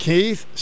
Keith